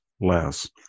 less